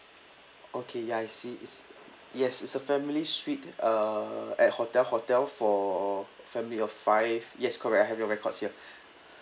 okay ya I see it's yes it's a family suite uh at hotel hotel for family of five yes correct I have your records here